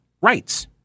rights